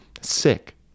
sick